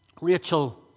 Rachel